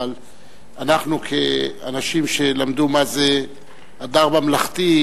אבל אנחנו כאנשים שלמדו מה זה הדר ממלכתי,